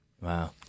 wow